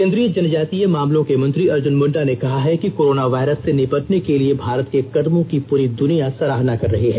केंद्रीय जनजातीय मामलों के मंत्री अर्जुन मुंडा ने कहा है कि कोरोना वायरस से निपटने के लिए भारत के कदमों का पूरी दुनियां सराहना कर रही है